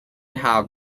have